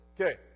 Okay